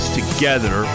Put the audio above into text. together